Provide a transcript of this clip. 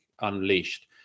unleashed